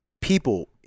people